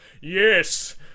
Yes